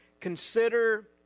Consider